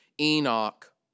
Enoch